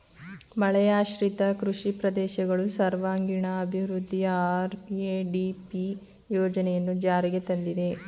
ಮಳೆಯಾಶ್ರಿತ ಕೃಷಿ ಪ್ರದೇಶಗಳು ಸರ್ವಾಂಗೀಣ ಅಭಿವೃದ್ಧಿಗೆ ಆರ್.ಎ.ಡಿ.ಪಿ ಯೋಜನೆಯನ್ನು ಜಾರಿಗೆ ತಂದಿದೆ